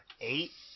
Eight